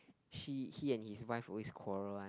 she he and his wife always quarrel one